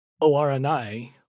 O-R-N-I